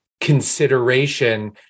consideration